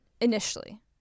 initially